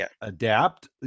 adapt